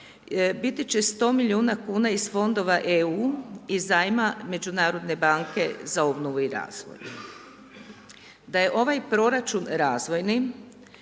biti će 100 milijuna kuna iz Fonda EU, iz zajma Međunarodne banke za obnovu i razvoj. Da je ovaj proračun razvojni,